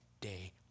day